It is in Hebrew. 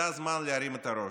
זה הזמן להרים את הראש.